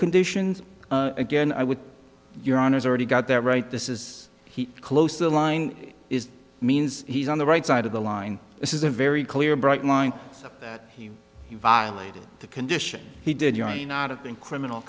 conditions again i would your honour's already got that right this is he close to the line is means he's on the right side of the line this is a very clear bright line that he violated the condition he did not have been criminal